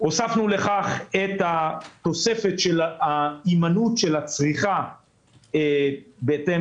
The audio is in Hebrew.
הוספנו לכך את התוספת של הימנעות הצריכה בהתאם